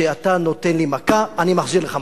שאתה נותן לי מכה, אני מחזיר לך מכה.